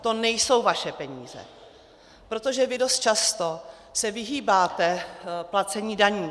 To nejsou vaše peníze, protože vy se dost často vyhýbáte placení daní.